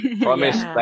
promise